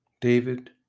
David